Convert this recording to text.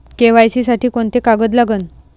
KYC साठी कोंते कागद लागन?